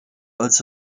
als